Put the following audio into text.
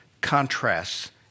contrasts